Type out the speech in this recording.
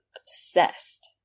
obsessed